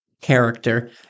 character